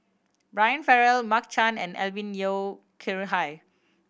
Brian Farrell Mark Chan and Alvin Yeo Khirn Hai